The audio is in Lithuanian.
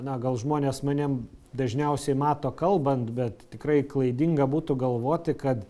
na gal žmonės mane dažniausiai mato kalbant bet tikrai klaidinga būtų galvoti kad